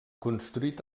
construït